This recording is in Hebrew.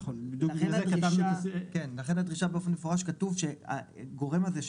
נכון ולכן בדרישה באופן מפורש כתוב שהגורם הזה,